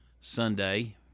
Sunday